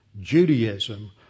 Judaism